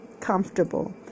comfortable